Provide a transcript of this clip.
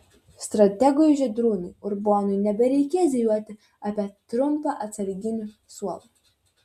strategui žydrūnui urbonui nebereikės dejuoti apie trumpą atsarginių suolą